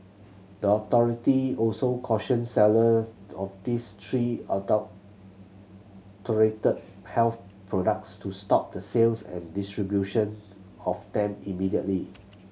the authority also cautioned seller of these three adulterated health products to stop the sales and distribution of them immediately